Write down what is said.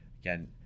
again